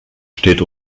steht